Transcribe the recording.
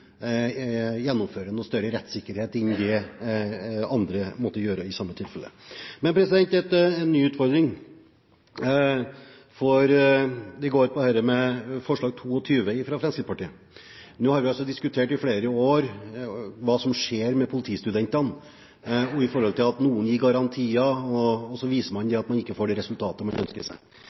andre måtte gi. Men så til en annen utfordring. Det går på dette med forslag nr. 22, fra Fremskrittspartiet. Vi har i flere år diskutert hva som skjer med politistudentene i forhold til at noen gir garantier, og så viser det seg at man ikke får det resultatet man ønsker seg.